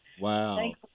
Wow